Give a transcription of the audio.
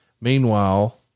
Meanwhile